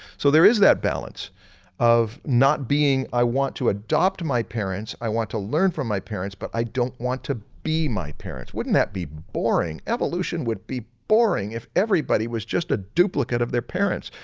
so there is that balance of not being i want to adopt my parents, i want to learn from my parents but i don't want to be my parents, wouldn't that be boring? evolution would be boring if everybody was just a duplicate of their parents.